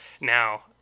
Now